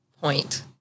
point